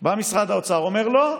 בא משרד האוצר ואומר: לא.